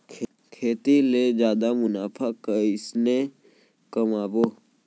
खेती ले जादा मुनाफा कइसने कमाबो?